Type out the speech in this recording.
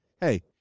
hey